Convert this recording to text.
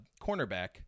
cornerback